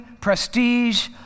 prestige